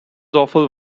awful